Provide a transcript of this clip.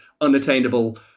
unattainable